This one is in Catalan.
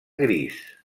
gris